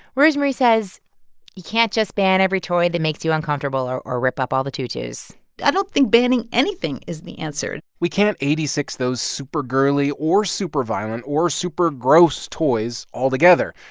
rosemarie says you can't just ban every toy that makes you uncomfortable or or rip up all the tutus i don't think banning anything is the answer we can't eighty six those super girly or super violent or super gross toys altogether.